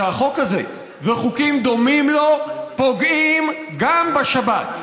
שהחוק הזה וחוקים דומים לו פוגעים גם בשבת.